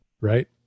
right